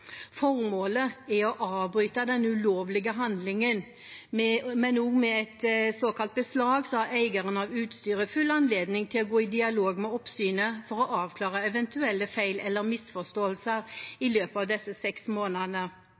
Formålet er å avbryte den ulovlige handlingen, men også ved et såkalt beslag har eieren av utstyret full anledning til å gå i dialog med oppsynet for å avklare eventuelle feil eller misforståelser i løpet av disse seks månedene.